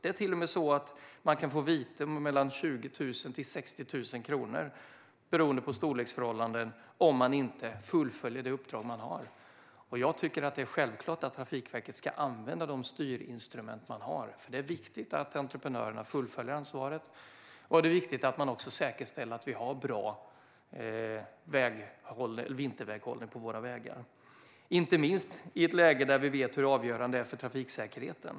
Det är till och med så att man kan få vite på 20 000-60 000 kronor, beroende på storleksförhållanden, om man inte fullföljer det uppdrag man har. Jag tycker att det är självklart att Trafikverket ska använda de styrinstrument som finns. Det är viktigt att entreprenörerna fullföljer uppdraget. Det är också viktigt att man säkerställer att vi har bra vinterväghållning på våra vägar, inte minst i ett läge där vi vet hur avgörande detta är för trafiksäkerheten.